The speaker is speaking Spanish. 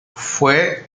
fue